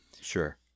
Sure